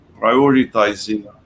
prioritizing